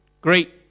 great